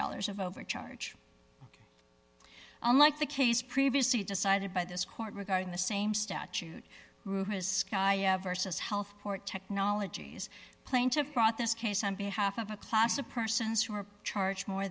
dollars of overcharge unlike the case previously decided by this court regarding the same statute who has sky vs health court technologies plaintiff brought this case on behalf of a class of persons who are charged more